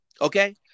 Okay